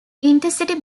intercity